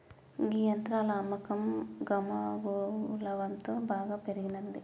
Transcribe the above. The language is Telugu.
గీ యంత్రాల అమ్మకం గమగువలంతో బాగా పెరిగినంది